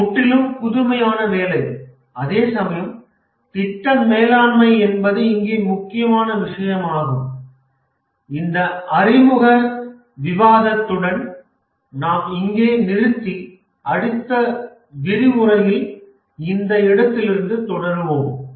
இவை முற்றிலும் புதுமையான வேலை அதேசமயம் திட்ட மேலாண்மை என்பது இங்கே முக்கியமான விஷயமாகும் இந்த அறிமுக விவாதத்துடன் நாம் இங்கே நிறுத்தி அடுத்த விரிவுரையில் இந்த இடத்திலிருந்து தொடருவோம்